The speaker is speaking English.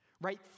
right